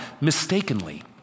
mistakenly